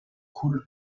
coule